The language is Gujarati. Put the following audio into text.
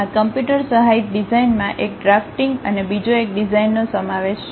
આ કમ્પ્યુટર સહાયિત ડિઝાઇનમાં એક ડ્રાફ્ટિંગ અને બીજો એક ડિઝાઇનનો સમાવેશ છે